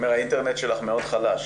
מאוד חלש.